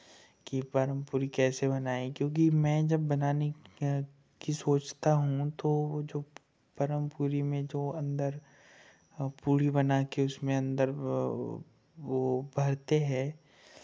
कि परम पूड़ी कैसे बनाए क्योंकि मैं जब बनाने की सोचता हूँ तो वो जो परम पूड़ी में जो अन्दर पूड़ी बनाके उसमें अन्दर वो भरते हैं